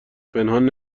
پنهان